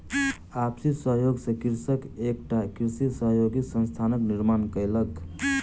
आपसी सहयोग सॅ कृषक एकटा कृषि सहयोगी संस्थानक निर्माण कयलक